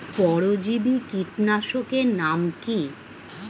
পরজীবী কীটনাশকের নাম কি?